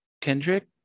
Kendrick